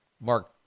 Mark